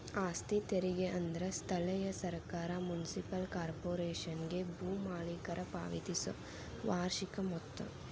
ಆಸ್ತಿ ತೆರಿಗೆ ಅಂದ್ರ ಸ್ಥಳೇಯ ಸರ್ಕಾರ ಮುನ್ಸಿಪಲ್ ಕಾರ್ಪೊರೇಶನ್ಗೆ ಭೂ ಮಾಲೇಕರ ಪಾವತಿಸೊ ವಾರ್ಷಿಕ ಮೊತ್ತ